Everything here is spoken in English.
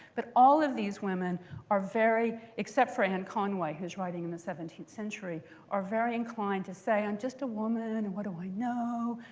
but all of these women are very except for anne conway, who's writing in the seventeenth century are very inclined to say, i'm just a woman. and what do i know?